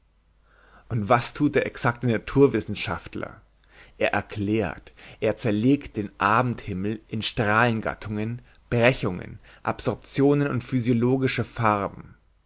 und was tut der exakte naturwissenschaftler er erklärt er zerlegt den abendhimmel in strahlengattungen brechungen absorptionen und physiologische farben